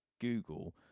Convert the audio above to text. Google